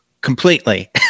completely